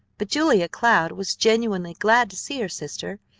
but julia cloud was genuinely glad to see her sister,